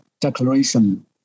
declaration